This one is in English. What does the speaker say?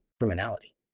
criminality